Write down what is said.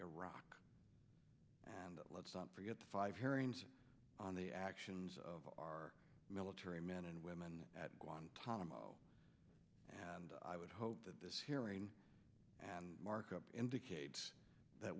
iraq and let's not forget the five hearings on the actions of our military men and women at guantanamo and i would hope that this hearing markup indicates that